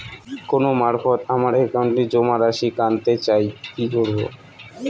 Phone মারফত আমার একাউন্টে জমা রাশি কান্তে চাই কি করবো?